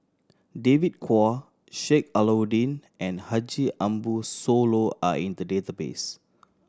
David Kwo Sheik Alau'ddin and Haji Ambo Sooloh are in the database